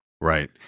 Right